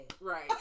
Right